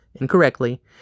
incorrectly